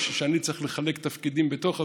כשאני צריך לחלק תפקידים בתוך הסיעה,